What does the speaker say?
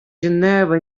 geneva